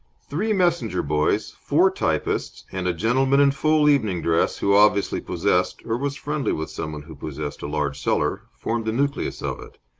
three messenger-boys, four typists, and a gentleman in full evening-dress, who obviously possessed or was friendly with someone who possessed a large cellar, formed the nucleus of it